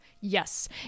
Yes